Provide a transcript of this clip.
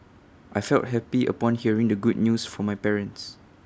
I felt happy upon hearing the good news from my parents